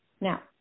Now